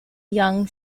young